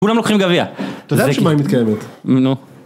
כולם לוקחים גביע. אתה יודע שהשמיים מתקיימת. נו.